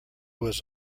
was